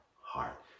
heart